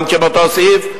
גם כן מאותו סעיף.